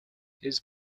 his